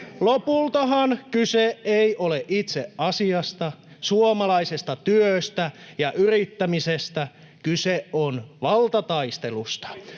Lopultahan kyse ei ole itse asiasta, suomalaisesta työstä ja yrittämisestä. Kyse on valtataistelusta.